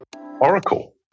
Oracle